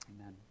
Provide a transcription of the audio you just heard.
amen